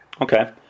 Okay